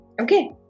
Okay